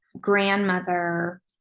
grandmother